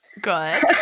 Good